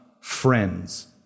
friends